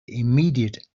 immediate